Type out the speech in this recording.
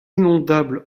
inondable